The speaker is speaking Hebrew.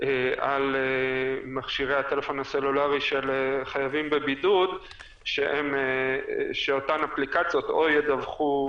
על מכשירי הטלפון הסלולארי של חייבים בבידוד כשאותן אפליקציות ידווחו